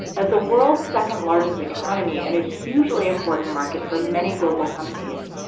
as the world's second-largest economy and a hugely important market for many global companies,